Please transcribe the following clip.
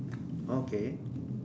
okay